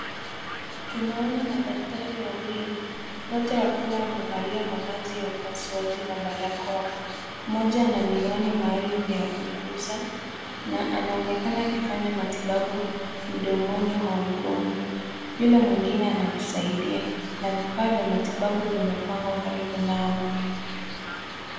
Tunaona madaktari wawili wote wakiwa wamevalia mavazi ya upasuaji na barakoa. Mmoja ana miwani maalum ya kukuza na anaonekana akifanya matibabu mdomoni mwa mgonjwa. Yule mwengine anamsaidia na vifaa vya matibabu vimepangwa karibu nao.